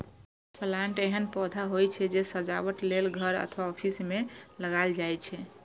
house plant एहन पौधा होइ छै, जे सजावट लेल घर अथवा ऑफिस मे लगाएल जाइ छै